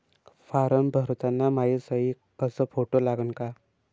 Form भरताना मायी सयी अस फोटो लागन का?